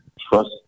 trust